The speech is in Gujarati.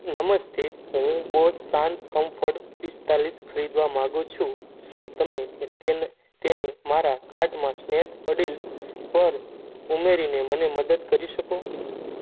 નમસ્તે હું બોસ શાંત કમ્ફર્ટ પિસ્તાળીસ ખરીદવા માગું છું શું તમે તેને મારા કાર્ટમાં સ્નેપડીલ પર ઉમેરીને મને મદદ કરી શકો